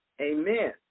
Amen